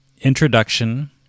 introduction